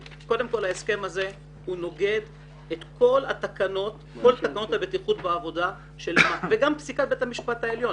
ההסכם הזה נוגד את כל תקנות הבטיחות בעבודה וגם פסיקת בית המשפט העליון